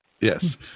yes